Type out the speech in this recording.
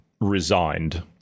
resigned